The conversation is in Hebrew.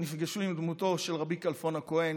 נפגשו עם דמותו של רבי כלפון הכהן,